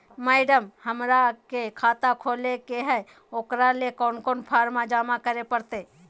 Madam, हमरा के खाता खोले के है उकरा ले कौन कौन फारम जमा करे परते?